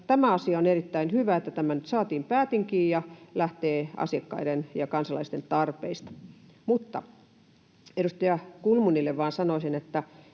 tämä asia on erittäin hyvä, että tämä saatiin päätinkiin ja lähtee asiakkaiden ja kansalaisten tarpeista. Mutta edustaja Kulmunille vain sanoisin, että